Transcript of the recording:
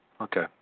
Okay